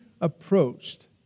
approached